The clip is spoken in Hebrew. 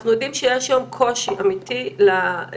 אנחנו יודעים שיש היום קושי אמיתי לאזרחים